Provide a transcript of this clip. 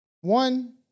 One